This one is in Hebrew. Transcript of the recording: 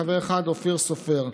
חבר אחד: אופיר סופר,